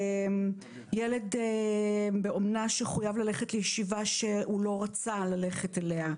ילד באומנה שחויב ללכת לישיבה שהוא לא רצה ללכת אליה,